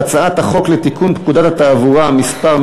והצעת החוק תמשיך להידון בוועדה.